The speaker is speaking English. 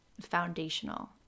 foundational